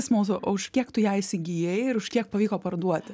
smalsu o už kiek tu ją įsigijai ir už kiek pavyko parduoti